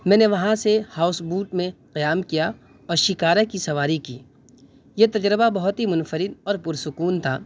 میں نے وہاں سے ہاؤس بوٹ میں قیام كیا اور شکارا کی سواری كی یہ تجربہ بہت ہی منفرد اور پرسکون تھا